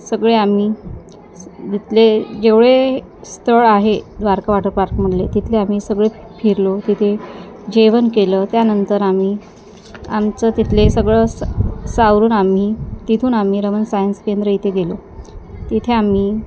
सगळे आम्ही तिथले जेवढे स्थळ आहे द्वारका वॉटर पार्कमधले तिथले आम्ही सगळे फिरलो तिथे जेवण केलं त्यानंतर आम्ही आमचं तिथले सगळं सावरून आम्ही तिथून आम्ही रमण सायन्स केंद्र इथे गेलो तिथे आम्ही